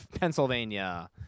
Pennsylvania